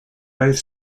both